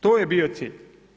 To je bio cilj.